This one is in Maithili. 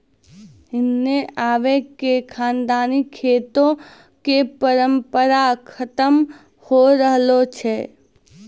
हिन्ने आबि क खानदानी खेतो कॅ परम्परा खतम होय रहलो छै